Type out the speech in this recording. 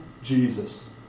Jesus